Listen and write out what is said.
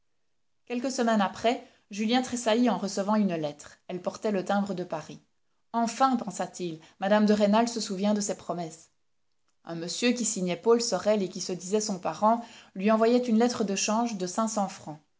quelques semaines après julien tressaillit en recevant une lettre elle portait le timbre de paris enfin pensa-t-il mme de rênal se souvient de ses promesses un monsieur qui signait paul sorel et qui se disait son parent lui envoyait une lettre de change de cinq cents francs